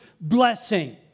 blessing